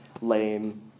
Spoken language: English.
lame